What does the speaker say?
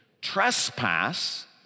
Trespass